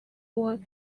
was